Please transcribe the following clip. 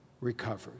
recovered